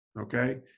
okay